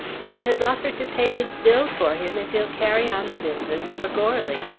and has offered to pay his bill for him if he'll carry on the business for goarly.